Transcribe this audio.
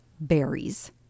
berries